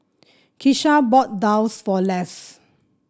Keisha bought daal for Les